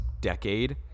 decade